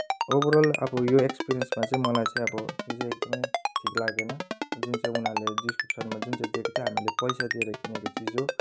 overall अब यो एक्सपेरिएन्समा चाहिँ मलाई चाहिँ अब यो चाहिँ एकदमै ठिक लागेन जुन चाहिँ उनीहरूले डिस्क्रिप्सनमा जुन चाहिँ दिएको थियो हामीले पैसा दिएर किनेको चिज हो